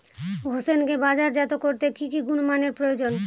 হোসেনকে বাজারজাত করতে কি কি গুণমানের প্রয়োজন?